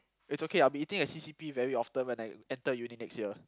it's okay I'll be eating at C_C_P very often when I enter Uni next year